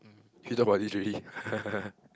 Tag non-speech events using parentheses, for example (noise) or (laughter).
feeble body already (laughs)